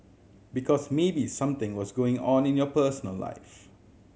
because maybe something was going on in your personal life